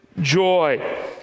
joy